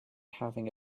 having